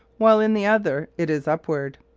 while in the other it is upward.